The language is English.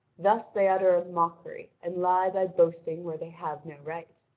thus they utter a mockery and lie by boasting where they have no right.